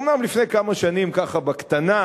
אומנם לפני כמה שנים, ככה בקטנה,